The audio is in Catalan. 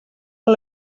que